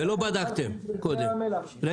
ולא בדקתם קודם?